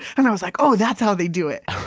and i was like, oh, that's how they do it.